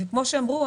וכמו שאמרו,